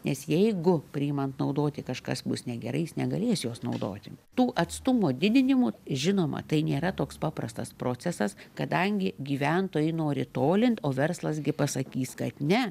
nes jeigu priiman naudoti kažkas bus negerai jis negalės jos naudoti tų atstumų didinimų žinoma tai nėra toks paprastas procesas kadangi gyventojai nori tolint o verslas gi pasakys kad ne